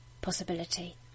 possibility